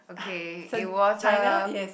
shen~ China yes